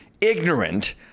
ignorant